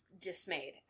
dismayed